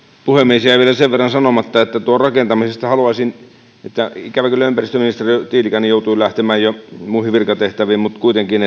puhemies jäi vielä sen verran sanomatta tuosta rakentamisesta ikävä kyllä ympäristöministeri tiilikainen joutui lähtemään jo muihin virkatehtäviin mutta kuitenkin